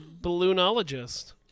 balloonologist